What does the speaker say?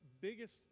biggest